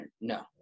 No